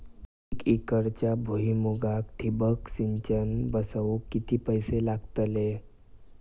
एक एकरच्या भुईमुगाक ठिबक सिंचन बसवूक किती पैशे लागतले?